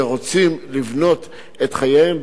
שרוצים לבנות את חייהם,